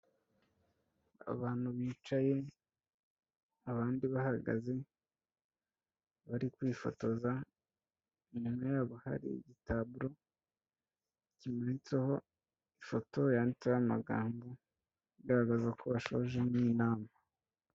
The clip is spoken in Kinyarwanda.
Abantu bicaye, abandi bahagaze, bari kwifotoza, inyuma y'abo hari igitaburo, kimanitseho ifoto yanditseho amagambo, agaragaza ko bashoje nk'inama.